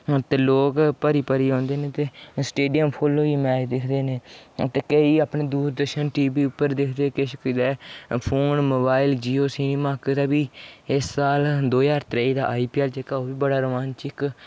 ते लोक भरी भरी औंदे न ते स्टेडियम फुल्ल होइयै मैच दिखदे न ते केईं अपने दूर दर्शन टीवी उपर दिखदे किश फोन मोबाइल जियो सिनेमा कुतै बी इस साल दो ज्हार त्रेई दा आईपीऐल्ल जेह्का ओह् बी बड़ा रोमांचिक